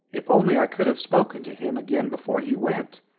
if only i could have spoken to him again before he went!